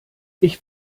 ich